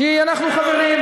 כי אנחנו חברים,